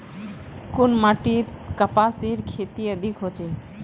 कुन माटित कपासेर खेती अधिक होचे?